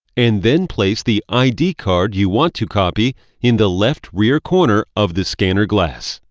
and then place the id card you want to copy in the left-rear corner of the scanner glass,